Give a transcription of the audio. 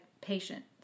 patient